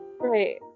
Right